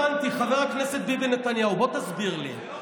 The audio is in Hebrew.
לא הבנתי, חבר הכנסת ביבי נתניהו, בוא תסביר לי.